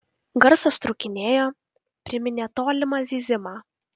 garsas trūkinėjo priminė tolimą zyzimą